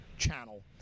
Channel